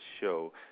show